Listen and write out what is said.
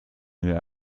wir